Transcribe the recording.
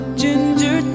ginger